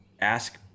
ask